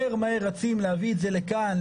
מהר מהר רצים להביא את זה לכאן,